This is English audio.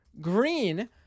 Green